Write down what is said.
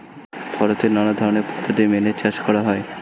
ভারতে নানা ধরনের পদ্ধতি মেনে চাষ করা হয়